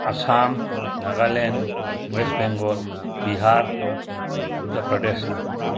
Assam Nagaland west Bengal Bihar Uttar Pradesh